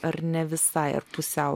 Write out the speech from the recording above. ar ne visai ar pusiau